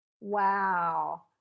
Wow